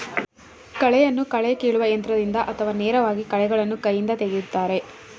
ಕಳೆಯನ್ನು ಕಳೆ ಕೀಲುವ ಯಂತ್ರದಿಂದ ಅಥವಾ ನೇರವಾಗಿ ಕಳೆಗಳನ್ನು ಕೈಯಿಂದ ತೆಗೆಯುತ್ತಾರೆ